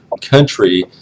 country